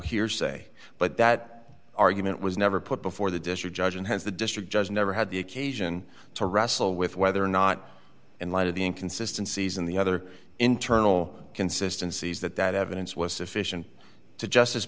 hearsay but that argument was never put before the district judge and hence the district judge never had the occasion to wrestle with whether or not in light of the inconsistency as in the other internal consistency is that that evidence was sufficient to justice